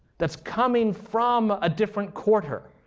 that's coming from a different quarter.